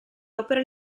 opere